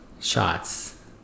shots